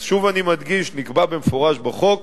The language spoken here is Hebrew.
שוב, אני מדגיש: נקבע במפורש בחוק